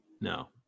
No